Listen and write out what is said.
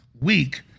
week